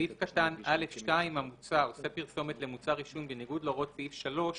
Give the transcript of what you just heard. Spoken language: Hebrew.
בסעיף קטן א2 המוצע: "עושה פרסומת למוצר עישון בניגוד להוראות סעיף 3",